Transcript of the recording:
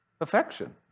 Affection